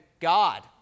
God